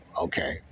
Okay